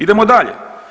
Idemo dalje.